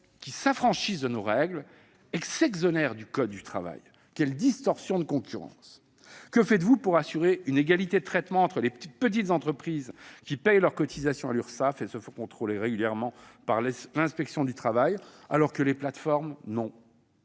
qui s'affranchissent de nos règles et s'exonèrent du code du travail ? Quelle distorsion de concurrence, pourtant ! Que faites-vous pour assurer une égalité de traitement entre les petites entreprises, qui payent leurs cotisations à l'Urssaf et se font contrôler régulièrement par l'inspection du travail, et les plateformes, qui